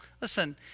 Listen